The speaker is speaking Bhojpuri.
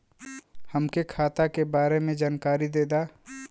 हमके खाता के बारे में जानकारी देदा?